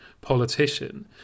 politician